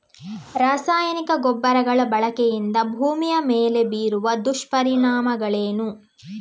ರಾಸಾಯನಿಕ ಗೊಬ್ಬರಗಳ ಬಳಕೆಯಿಂದಾಗಿ ಭೂಮಿಯ ಮೇಲೆ ಬೀರುವ ದುಷ್ಪರಿಣಾಮಗಳೇನು?